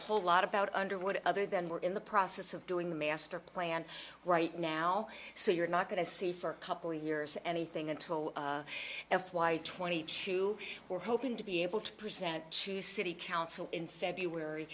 whole lot about underwood other than we're in the process of doing the master plan right now so you're not going to see for a couple years anything until f y twenty two we're hoping to be able to present to city council in february